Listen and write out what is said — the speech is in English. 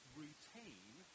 routine